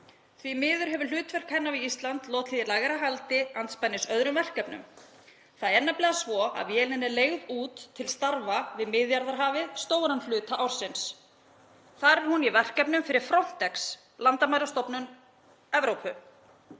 Því miður hefur hlutverk hennar við Ísland lotið í lægra haldi fyrir öðrum verkefnum. Það er nefnilega svo að vélin er leigð út til starfa við Miðjarðarhafið stóran hluta ársins. Þar er hún í verkefnum fyrir Frontex, landamærastofnun Evrópu.